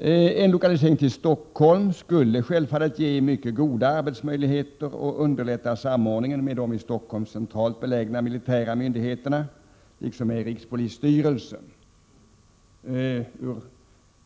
En lokalisering till Stockholm skulle självfallet ge mycket goda arbetsmöjligheter och underlätta samordningen med de i Stockholm centralt belägna militära myndigheterna liksom med rikspolisstyrelsen. Från